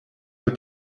her